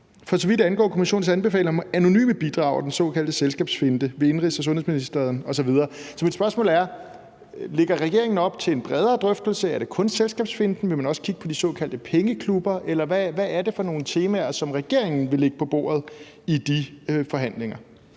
»For så vidt angår Kommissionens anbefalinger om anonyme bidrag og den såkaldte selskabsfinte ...«. Så mit spørgsmål er: Lægger regeringen op til en bredere drøftelse? Er det kun selskabsfinten, vil man også kigge på de såkaldte pengeklubber, eller hvad er det for nogle temaer, som regeringen vil lægge på bordet i de forhandlinger?